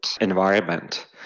environment